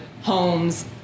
homes